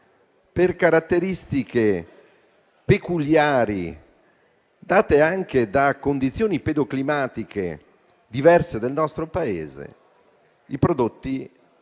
per caratteristiche peculiari date anche da condizioni pedoclimatiche diverse del nostro Paese, in sostanza